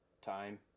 time